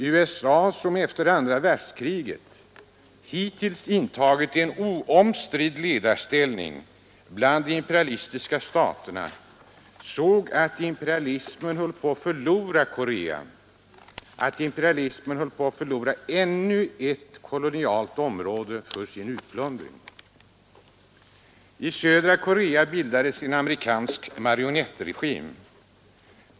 USA, som efter andra världskriget intagit en oomstridd ledarställning bland de imperialistiska staterna, såg att imperialismen höll på att förlora Korea, att imperialismen höll på att förlora ännu ett kolonialt område för sin utplundring. I södra Korea bildades en amerikansk marionettregim.